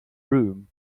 room